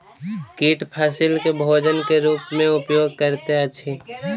कीट फसील के भोजन के रूप में उपयोग करैत अछि